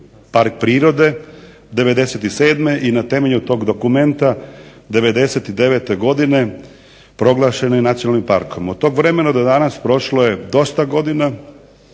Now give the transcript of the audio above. park prirode '97. i na temelju tog dokumenta '99. godine proglašen je nacionalnim parkom. Od tog vremena do danas prošlo je dosta godina